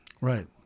right